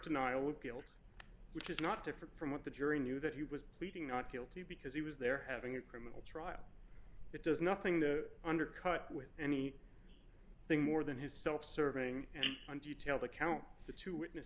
denial of guilt which is not different from what the jury knew that he was pleading not guilty because he was there having a criminal trial it does nothing to undercut with any thing more than his self serving and detailed account of the two witness